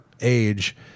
age